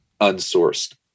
unsourced